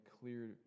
clear